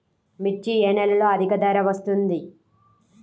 మిర్చి ఏ నెలలో అధిక ధర వస్తుంది?